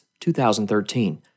2013